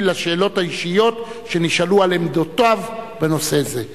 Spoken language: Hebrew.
לשאלות האישיות שנשאלו על עמדותיו בנושא זה.